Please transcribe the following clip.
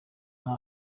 nta